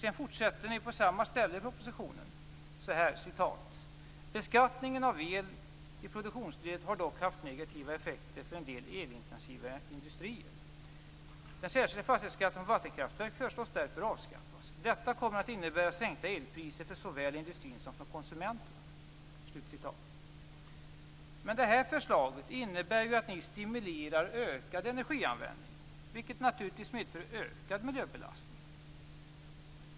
Sedan fortsätter ni på samma ställe i propositionen: "Beskattningen av el i produktionsledet har dock haft negativa effekter för den elintensiva industrin. Den särskilda fastighetsskatten på vattenkraftverk föreslås därför avskaffas. Detta kommer att innebära sänkta elpriser för såväl industrin som för konsumenterna." Men det här förslaget innebär ju att ni stimulerar ökad energianvändning, vilket naturligtvis medför ökad miljöbelastning.